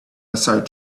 aside